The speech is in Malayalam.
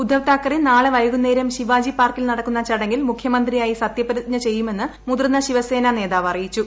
ഉദ്ദവ് താക്കറെ നാളെ വൈകുന്നേരം ശിവാജി പാർക്കിൽ നടക്കുന്ന ചടങ്ങിൽ മുഖ്യമന്ത്രിയായി സത്യപ്രതിജ്ഞ ചെയ്യുമെന്ന് മുതിർന്ന ശിവസേന നേതാവ് പറഞ്ഞു